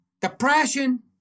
depression